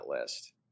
list